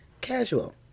Casual